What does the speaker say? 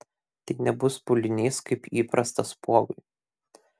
tai nebus pūlinys kaip įprasta spuogui